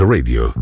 Radio